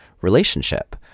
relationship